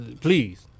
please